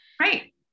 Right